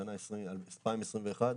ששנה 2021,